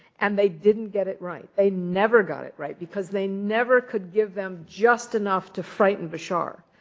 and they didn't get it right. they never got it right, because they never could give them just enough to frighten bashar.